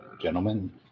gentlemen